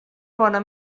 bona